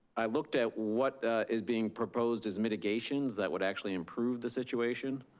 i looked at what is being proposed as mitigations that would actually improve the situation.